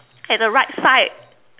at the right side